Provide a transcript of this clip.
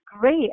great